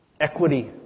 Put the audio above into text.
equity